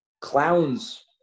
clowns